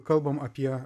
kalbam apie